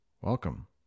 Welcome